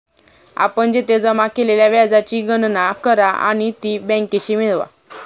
आपण येथे जमा केलेल्या व्याजाची गणना करा आणि ती बँकेशी मिळवा